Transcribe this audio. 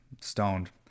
Stoned